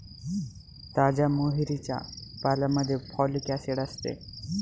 ताज्या मोहरीच्या पाल्यामध्ये फॉलिक ऍसिड असते